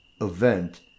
event